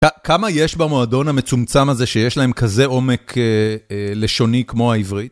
כמה יש במועדון המצומצם הזה שיש להם כזה עומק לשוני כמו העברית?